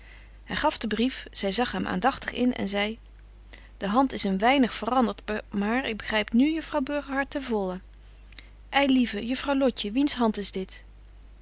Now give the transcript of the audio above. hy gaf den brief zy zag hem aandagtig in en zei de hand is een weinig verandert maar ik begryp nu juffrouw burgerhart ten vollen ei lieve juffrouw lotje wiens hand is dat